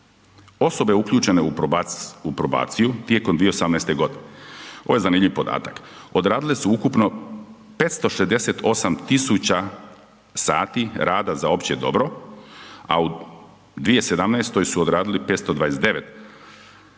Osobe uključene u probaciju, tijekom 2018. g., ovo je zanimljiv podatak, odradile su ukupno 568 000 sati rada za opće dobro a u 2017. su odradile 529.